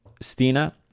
Stina